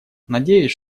надеюсь